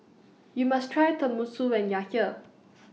YOU must Try Tenmusu when YOU Are here